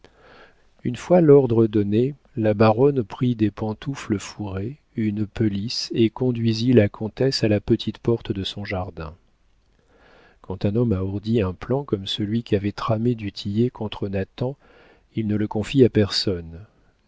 une fois l'ordre donné la baronne prit des pantoufles fourrées une pelisse et conduisit la comtesse à la petite porte de son jardin quand un homme a ourdi un plan comme celui qu'avait tramé du tillet contre nathan il ne le confie à personne